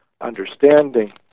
understanding